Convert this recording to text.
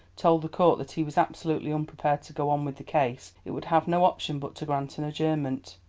told the court that he was absolutely unprepared to go on with the case, it would have no option but to grant an adjournment.